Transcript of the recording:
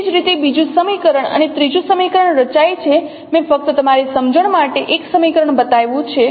એ જ રીતે બીજું સમીકરણ અને ત્રીજું સમીકરણ રચાય છે મેં ફક્ત તમારી સમજણ માટે 1 સમીકરણ બતાવ્યું છે